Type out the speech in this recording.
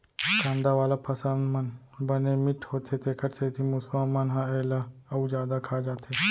कांदा वाला फसल मन बने मिठ्ठ होथे तेखर सेती मूसवा मन ह एला अउ जादा खा जाथे